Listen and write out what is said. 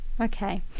Okay